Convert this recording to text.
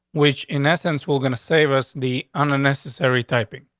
which, in essence, we're going to save us the unnecessary typing.